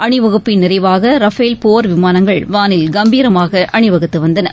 அணிவகுப்பின் நிறைவாகரஃபேல் போர் விமானங்கள் வானில் கம்பீரமாகஅணிவகுத்துவந்தன